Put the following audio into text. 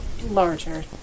larger